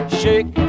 shake